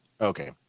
Okay